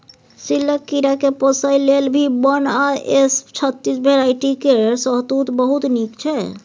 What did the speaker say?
सिल्कक कीराकेँ पोसय लेल भी वन आ एस छत्तीस भेराइटी केर शहतुत बहुत नीक छै